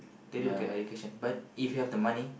they don't look at education but if you have the money